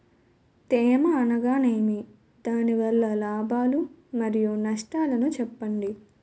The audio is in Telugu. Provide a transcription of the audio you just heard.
తేమ అనగానేమి? దాని వల్ల లాభాలు మరియు నష్టాలను చెప్పండి?